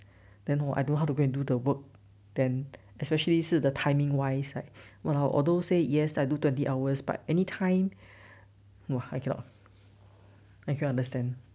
then hor I don't know to go and do the work then especially 是的 the timing wise like !walao! although say yes I do twenty hours by anytime I cannot I cannot understand